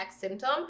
symptom